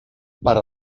per